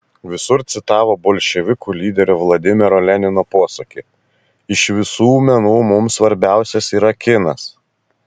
visur citavo bolševikų lyderio vladimiro lenino posakį iš visų menų mums svarbiausias yra kinas